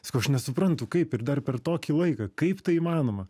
sakau aš nesuprantu kaip ir dar per tokį laiką kaip tai įmanoma